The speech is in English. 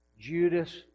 Judas